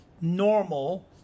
normal